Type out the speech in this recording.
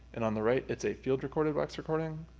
and on the right it's a field recorded wax recording.